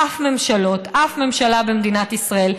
אף ממשלה במדינת ישראל,